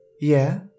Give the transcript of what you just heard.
Yeah